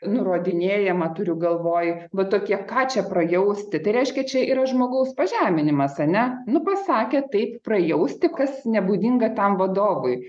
nurodinėjama turiu galvoj va tokie ką čia prajausti tai reiškia čia yra žmogaus pažeminimas ar ne nu pasakė taip prajausti kas nebūdinga tam vadovui